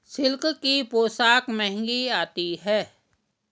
silk की पोशाक महंगी आती है